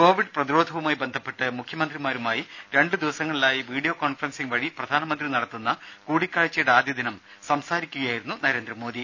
Covid പ്രതിരോധവുമായി ബന്ധപ്പെട്ട് മുഖ്യമന്ത്രിമാരുമായി രണ്ടു ദിവസങ്ങളിലായി വീഡിയോ കോൺഫറൻസിങ് വഴി പ്രധാനമന്ത്രി നടത്തുന്ന കൂടിക്കാഴ്ചയുടെ ആദ്യദിനം സംസാരിക്കുകയായിരുന്നു നരേന്ദ്രമോദി